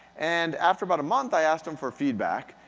and after about a month, i asked them for feedback,